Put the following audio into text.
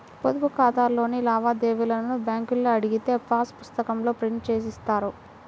పొదుపు ఖాతాలోని లావాదేవీలను బ్యేంకులో అడిగితే పాసు పుస్తకాల్లో ప్రింట్ జేసి ఇస్తారు